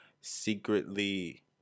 secretly